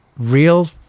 Real